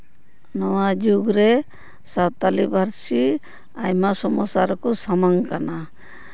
ᱱᱚᱣᱟ ᱡᱩᱜᱽᱨᱮ ᱥᱟᱱᱛᱟᱞᱤ ᱯᱟᱹᱨᱥᱤ ᱟᱭᱢᱟ ᱥᱚᱢᱚᱥᱥᱟ ᱨᱮᱠᱚ ᱥᱟᱢᱟᱝ ᱠᱟᱱᱟ